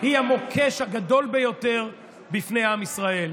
היא המוקש הגדול ביותר בפני עם ישראל.